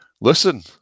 Listen